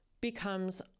becomes